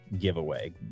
giveaway